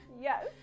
Yes